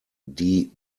die